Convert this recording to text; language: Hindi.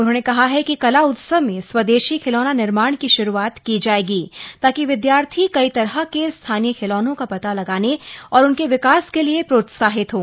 उन्होंने कहा है कि कला उत्सव में स्वदेशी खिलौना निर्माण की शुरूआत की जाएगी ताकि विद्यार्थी कई तरह के स्थानीय खिलौनों का पता लगाने और उनके विकास के लिए प्रोत्साहित हों